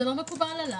זה לא מקובל עליי.